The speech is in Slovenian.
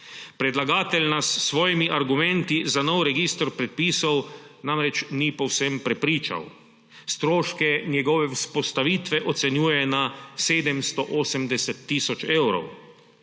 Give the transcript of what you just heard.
Predlagatelj nas s svojimi argumenti za nov register predpisov namreč ni povsem prepričal. Stroške njegove vzpostavitve ocenjuje na 780 tisoč evrov.